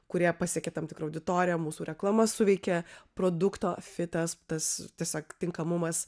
kurie pasiekia tam tikrą auditoriją mūsų reklama suveikė produkto fitas tas tiesiog tinkamumas